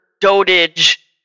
dotage